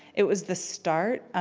it was the start,